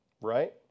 Right